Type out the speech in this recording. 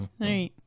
Right